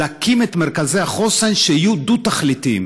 להקים את מרכזי החוסן שיהיו דו-תכליתיים: